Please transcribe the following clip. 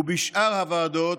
ובשאר הוועדות,